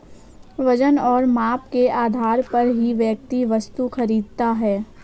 वजन और माप के आधार पर ही व्यक्ति वस्तु खरीदता है